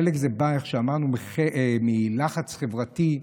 חלק זה בא, איך שאמרנו, מלחץ חברתי,